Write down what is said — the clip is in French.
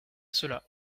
cela